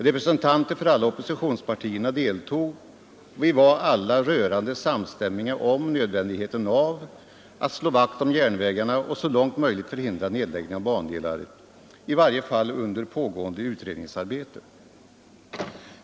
Representanter från alla oppositionspartierna deltog, och vi var alla rörande samstämmiga om nödvändigheten av att slå vakt om järnvägarna och så långt möjligt förhindra nedläggningar av bandelar, i varje fall under pågående utredningsarbete.